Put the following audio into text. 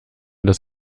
das